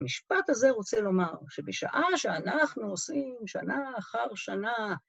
המשפט הזה רוצה לומר שבשעה שאנחנו עושים, שנה אחר שנה...